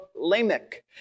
Lamech